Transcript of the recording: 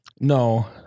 No